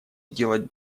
делать